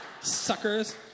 Suckers